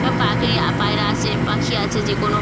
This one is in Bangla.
সব পাখি পায়রা আসে পাখি আছে যে কোনো